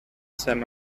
some